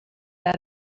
out